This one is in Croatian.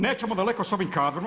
Nećemo daleko s ovim kadrom.